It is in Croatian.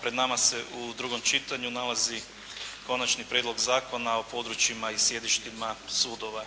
pred nama se u drugom čitanju nalazi Konačni prijedlog Zakona o područjima i sjedištima sudova.